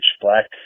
black